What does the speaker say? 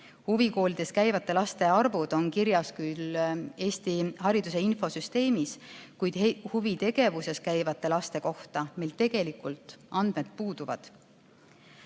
Huvikoolides käivate laste arvud on kirjas küll Eesti Hariduse Infosüsteemis, kuid huviringides käivate laste kohta meil tegelikult andmed puuduvad.